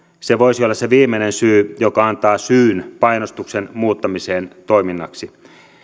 se voisi olla se viimeinen syy joka antaa syyn painostuksen muuttamiseen toiminnaksi